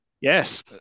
Yes